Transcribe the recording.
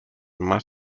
más